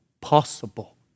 possible